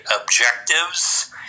objectives